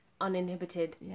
uninhibited